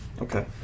Okay